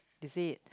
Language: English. is it